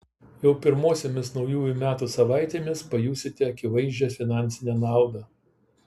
jau pirmosiomis naujųjų metų savaitėmis pajusite akivaizdžią finansinę naudą